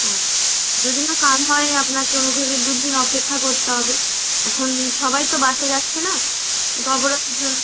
হ্যাঁ যদি না কাল হয় আপনাকে অনুগ্রহভাবে দুদিন অপেক্ষা করতে হবে এখন সবাই তো বাসে যাচ্ছে না অবরোধ চল